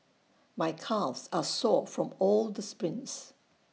my calves are sore from all the sprints